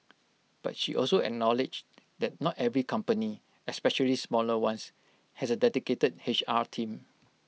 but she also acknowledged that not every company especially smaller ones has A dedicated H R team